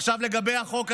עכשיו, לגבי החוק הזה,